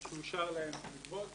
שאושר להם לגבות.